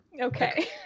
Okay